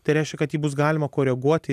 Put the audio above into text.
tai reiškia kad jį bus galima koreguoti